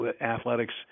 athletics